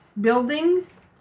buildings